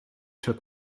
took